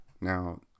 Now